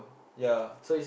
yep